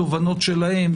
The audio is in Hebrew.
התובנות שלהם,